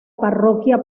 parroquia